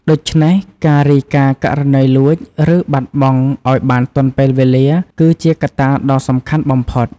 ដូច្នេះ ការរាយការណ៍ករណីលួច ឬបាត់បង់ឲ្យបានទាន់ពេលវេលា គឺជាកត្តាដ៏សំខាន់បំផុត។